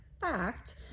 fact